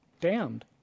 damned